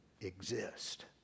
exist